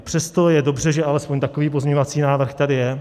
Přesto je dobře, že alespoň takový pozměňovací návrh tady je.